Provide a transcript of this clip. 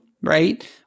right